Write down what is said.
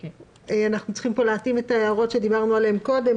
אנחנו צריכים פה להתאים את ההערות שדיברנו עליהן קודם,